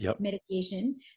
medication